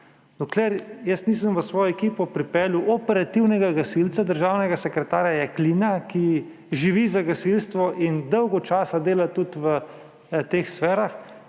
Dokler nisem jaz v svojo ekipo pripeljal operativnega gasilca državnega sekretarja Jaklina, ki živi za gasilstvo in dolgo časa dela tudi v teh sferah